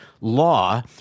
law